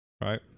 Right